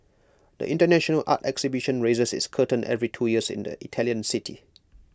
the International art exhibition raises its curtain every two years in the Italian city